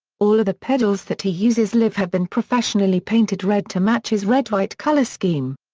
all of the pedals that he uses live have been professionally painted red to match his redwhite color scheme.